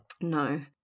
No